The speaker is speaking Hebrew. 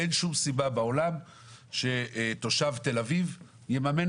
אין שום סיבה בעולם שתושב תל אביב יממן